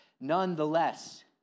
nonetheless